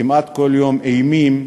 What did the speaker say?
כמעט כל יום אימים.